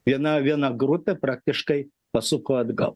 viena viena grupė praktiškai pasuko atgal